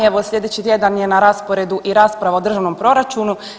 Evo slijedeći tjedan je na rasporedu i rasprava o Državnom proračunu.